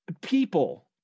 people